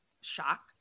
shock